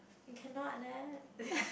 cannot leh